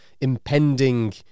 impending